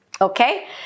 okay